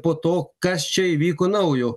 po to kas čia įvyko naujo